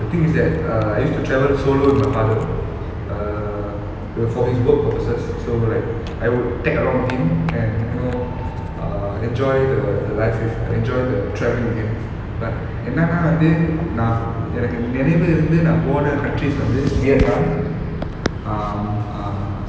the thing is that err I used to travel solo with my father err it was for his work purposes so like I would tag along with him and and know err enjoy the life live enjoy the travelling with him but என்னனா வந்து நான் எனக்கு நினைவு இருந்து போன:ennana vanthu naan enaku ninaivu irunthu pona countries வந்து:vanthu vietnam um err